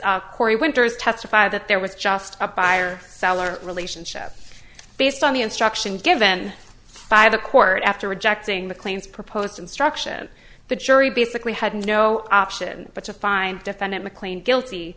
witness corey winters testify that there was just a buyer seller relationship based on the instruction given by the court after rejecting the claims proposed instruction the jury basically had no option but to find defendant mclane guilty